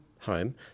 home